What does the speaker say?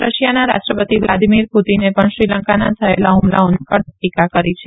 રશિયાના રાષ્ટ્રપતિ વ્લાદીમીર પુતીને પણ શ્રીલંકામાં થયેલા હૂમલાઓની કડક તીકા કરી છે